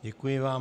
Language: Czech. Děkuji vám.